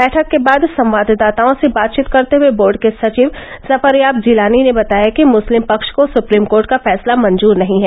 बैठक के बाद संवाददाताओं से बातचीत करते हये बोर्ड के सचिव जफरयाब जिलानी ने बताया कि मुस्लिम पक्ष को सुप्रीम कोर्ट का फैसला मंजुर नही है